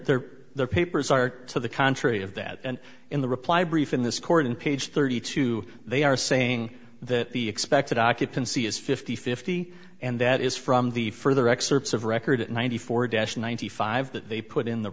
honor there are papers are to the contrary of that and in the reply brief in this court in page thirty two they are saying that the expected occupancy is fifty fifty and that is from the further excerpts of record ninety four desh ninety five that they put in the